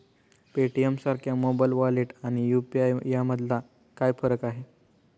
पेटीएमसारख्या mobile wallet आणि UPI यामधला फरक काय आहे?